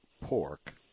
pork